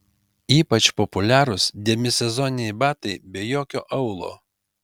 ypač populiarūs demisezoniniai batai be jokio aulo